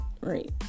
right